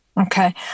Okay